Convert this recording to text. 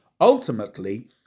Ultimately